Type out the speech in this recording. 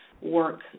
work